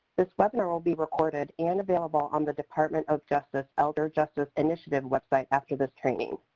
this webinar will be recorded and available on the department of justice elder justice initiative website after this training.